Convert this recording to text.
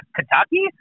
Kentucky